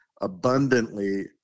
abundantly